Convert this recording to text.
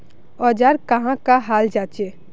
औजार कहाँ का हाल जांचें?